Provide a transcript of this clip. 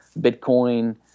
Bitcoin